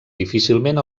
difícilment